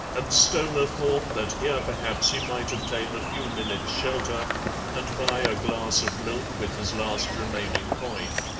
and stoner thought that here perhaps he might obtain a few minutes' shelter and buy a glass of milk with his last remaining coin.